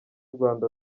rwanda